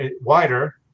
wider